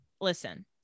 listen